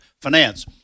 Finance